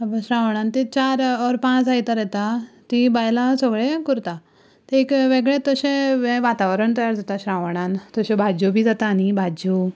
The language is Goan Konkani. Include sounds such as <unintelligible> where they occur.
<unintelligible> श्रावणान ते चार ओर पांच आयतार येता तीं बायलां सगळे करता तें एक वेगळेंच अशें वातावरण तयार जाता श्रावणांत तश्यो भाज्यो बी जाता न्हय भाज्यो